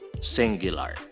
singular